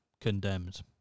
condemned